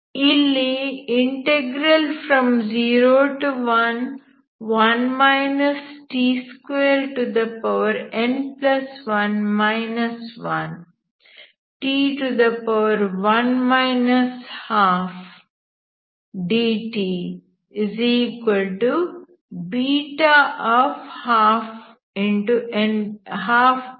ಇಲ್ಲಿ 01n1 1t1 12dt12n1 ಆಗಿದೆ